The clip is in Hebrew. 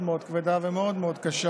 זאת החלטה מאוד מאוד כבדה ומאוד מאוד קשה,